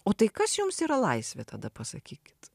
o tai kas jums yra laisvė tada pasakykit